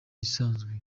asanzwe